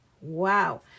Wow